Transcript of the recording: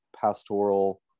pastoral